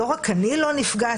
לא רק אני לא נפגעתי,